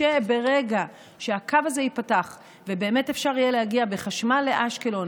וברגע שהקו הזה ייפתח ובאמת אפשר יהיה להגיע בחשמל לאשקלון,